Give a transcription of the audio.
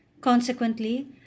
Consequently